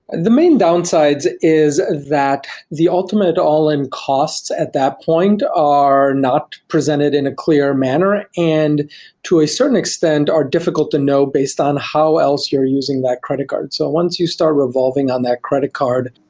the main downsides is that the ultimate all in costs at that point are not presented in a clear manner and to a certain extent, are difficult to know based on how else you're using that credit card. so once you start revolving on that credit card,